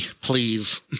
please